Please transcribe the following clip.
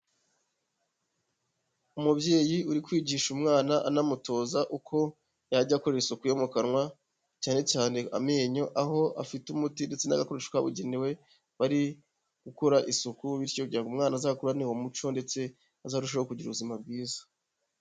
Umubyeyi uri kwigisha umwana anamutoza uko yajya akora isuku yo mu kanwa, cyane cyane amenyo, aho afite umuti ndetse n'agakore kabugenewe bari gukora isuku, bityo kugira ngo umwana azakurane uwo umuco ndetse azarushaho kugira ubuzima bwiza.